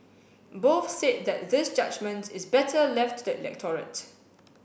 both said that this judgement is better left to the electorate